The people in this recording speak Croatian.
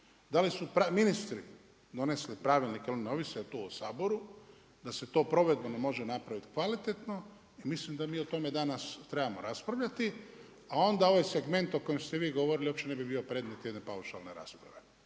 da li su ministri donesli pravilnike jer oni ne ovise tu o Saboru, da se to provedbeno napraviti kvalitetno i mislim da mi o tome danas trebamo raspravljati. A onda ovaj segment o kojem ste vi govorili uopće ne bi bio predmet jedne paušalne rasprave.